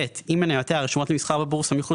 אם מניותיה רשומות למסחר בבורסה מחוץ